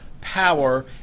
power